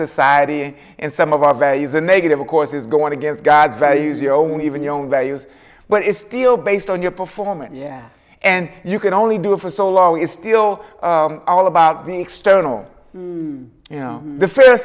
society and some of our values a negative of course is going against god's values your own even your own values but it's still based on your performance and you can only do it for so long it's still all about the external you know the fi